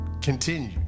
continue